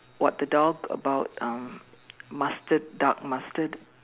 what the dog about uh mustard dark mustard